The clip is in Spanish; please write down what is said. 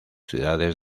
ciudades